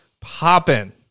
Popping